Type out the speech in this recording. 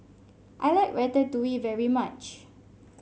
I like Ratatouille very much